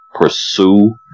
pursue